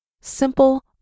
simple